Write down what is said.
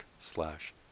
slash